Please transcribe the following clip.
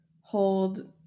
hold